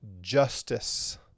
justice